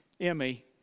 Emmy